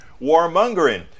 warmongering